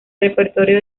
repertorio